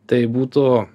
tai būtų